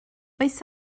oes